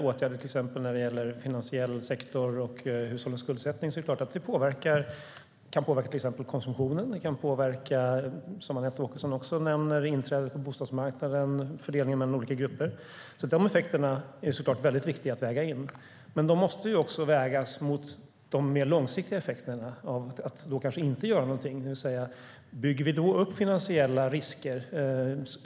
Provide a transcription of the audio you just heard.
Åtgärder som gäller finansiell sektor och hushållens skuldsättning kan påverka till exempel konsumtionen, inträdet på bostadsmarknaden - vilket Anette Åkesson också nämner - liksom fördelningen mellan olika grupper. De effekterna är såklart väldigt viktiga att väga in. Men de måste också vägas mot de mer långsiktiga effekterna av att inte göra någonting. Bygger vi då upp finansiella risker?